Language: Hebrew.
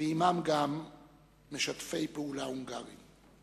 ועמם גם משתפי פעולה הונגרים.